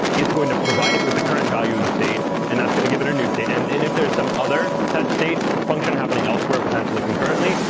it's going to provide it with the current value of the state. and that's going to give it a new state. and and and if there's some other setstate function happening elsewhere, potentially concurrently,